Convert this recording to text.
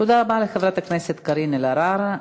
תודה רבה לחברת הכנסת קארין אלהרר.